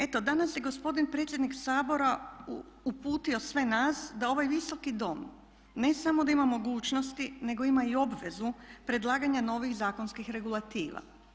Eto danas je gospodin predsjednik Sabora uputio sve nas da ovaj Visoki dom ne samo da ima mogućnosti nego ima i obvezu predlaganja novih zakonskih regulativa.